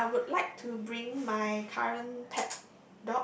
okay I would like to bring my current pet